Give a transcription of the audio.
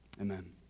Amen